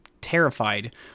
terrified